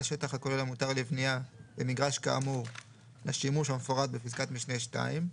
השטח הכולל המותר לבנייה במגרש כאמור לשימוש המפורט בפסקת משנה (2)